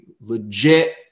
legit